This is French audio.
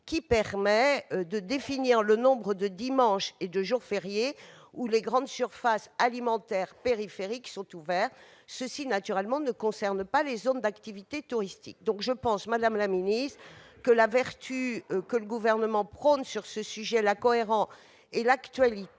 vingt ans, de définir le nombre de dimanches et de jours fériés où les grandes surfaces alimentaires périphériques sont ouvertes. Cela, naturellement, ne concerne pas les zones d'activité touristique. Je pense donc, madame la secrétaire d'État, que la vertu que le Gouvernement prône sur ce sujet, la cohérence et l'actualité